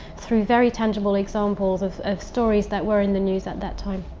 through very tangible examples of of stories that were in the news at that time.